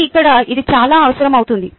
కానీ ఇక్కడ ఇది చాలా అవసరం అవుతుంది